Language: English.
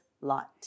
Lot